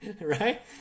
Right